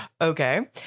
Okay